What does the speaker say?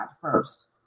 first